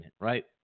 right